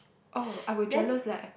oh I will jealous leh